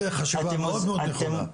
זו חשיבה מאוד מאוד נכונה.